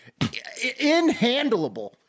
inhandleable